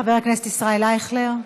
חבר הכנסת ישראל אייכלר.